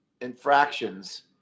infractions